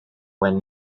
when